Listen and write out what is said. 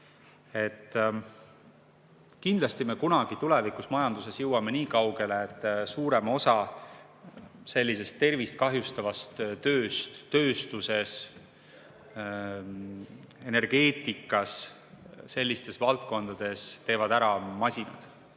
Kindlasti me kunagi tulevikus majanduses jõuame niikaugele, et suurema osa tervist kahjustavast tööst tööstuses, energeetikas, sellistes valdkondades, teevad ära masinad,